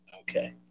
Okay